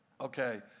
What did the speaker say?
Okay